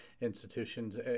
institutions